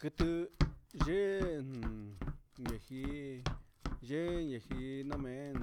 Quiti yee juun yee jii yee ne jii nameen